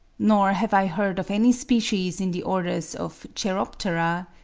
nor have i heard of any species in the orders of cheiroptera,